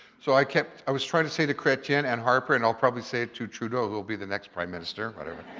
so i i was trying to say to chretien and harper and i'll probably say it to trudeau who'll be the next prime minister, whatever.